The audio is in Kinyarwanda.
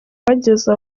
bageze